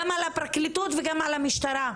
גם על הפרקליטות וגם על המשטרה.